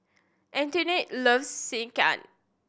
Antionette loves Sekihan